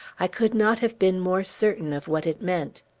i could not have been more certain of what it meant.